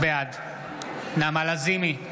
בעד נעמה לזימי,